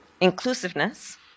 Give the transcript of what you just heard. inclusiveness